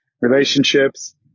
relationships